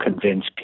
convince